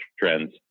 trends